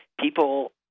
people